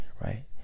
right